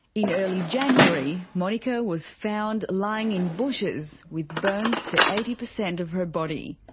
in early january monika was found lying in bushes, with burns to eighty percent of her body.